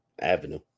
avenue